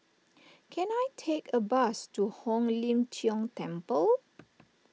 can I take a bus to Hong Lim Jiong Temple